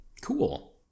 Cool